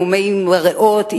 ממומי ריאות,